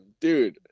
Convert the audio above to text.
dude